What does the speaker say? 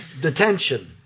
detention